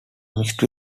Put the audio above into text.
mixed